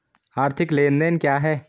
आर्थिक लेनदेन क्या है?